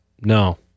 no